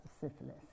syphilis